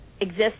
exists